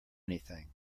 anything